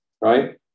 right